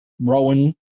Rowan